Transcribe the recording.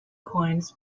coins